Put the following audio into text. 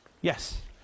yes